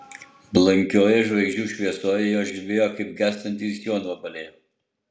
blankioje žvaigždžių šviesoje jos žibėjo kaip gęstantys jonvabaliai